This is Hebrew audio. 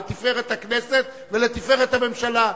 לתפארת הכנסת ולתפארת הממשלה.